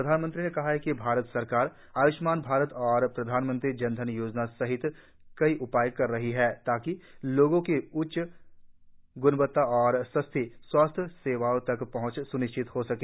प्रधानमंत्री ने कहा है कि भारत सरकार आय्ष्मान भारत और प्रधानमंत्री जनधन योजना सहित कई उपाय कर रही है ताकि लोगों की उच्च ग्णवत्ता और सस्ती स्वास्थ्य सेवाओं तक पहंच स्निश्चित हो सके